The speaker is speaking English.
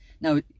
Now